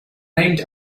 named